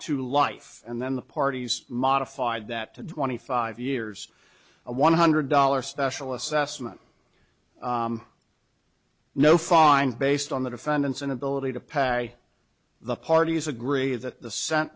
to life and then the parties modified that to twenty five years and one hundred dollars special assessment no fine based on the defendant's inability to pass the parties agree that the sent